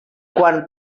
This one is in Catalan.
quan